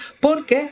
Porque